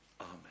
Amen